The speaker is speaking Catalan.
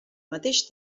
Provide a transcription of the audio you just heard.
mateix